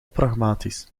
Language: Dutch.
pragmatisch